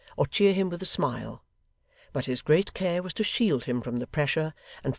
or cheer him with a smile but his great care was to shield him from the pressure,